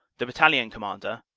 the battalion commander,